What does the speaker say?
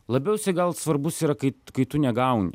labiau jisai gal svarbus yra kai kai tu negauni